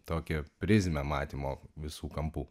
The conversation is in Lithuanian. tokią prizmę matymo visų kampų